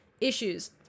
Issues